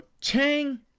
Chang